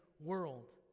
world